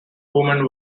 women